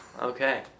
Okay